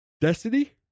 Destiny